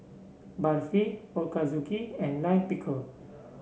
Barfi Ochazuke and Lime Pickle